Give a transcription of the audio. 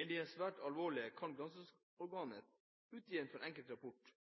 enn de svært alvorlige kan granskingsorganet utgi en forenklet rapport.